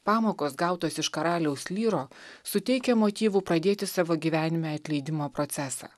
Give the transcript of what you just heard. pamokos gautos iš karaliaus lyro suteikia motyvų pradėti savo gyvenime atleidimo procesą